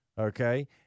okay